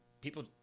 people